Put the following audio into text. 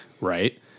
Right